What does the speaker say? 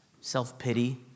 self-pity